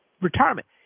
retirement